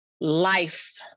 life